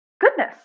goodness